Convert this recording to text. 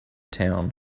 town